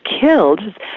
killed